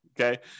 okay